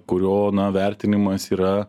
kurio na vertinimas yra